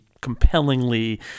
compellingly